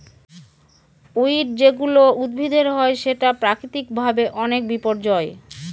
weed যেগুলা উদ্ভিদের হয় সেটা প্রাকৃতিক ভাবে অনেক বিপর্যই